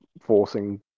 forcing